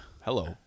Hello